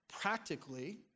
practically